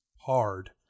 hard